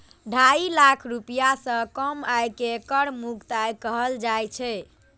ढाई लाख रुपैया सं कम आय कें कर मुक्त आय कहल जाइ छै